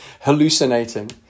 hallucinating